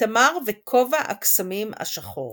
איתמר וכובע הקסמים השחור